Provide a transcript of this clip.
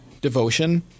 Devotion